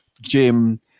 Jim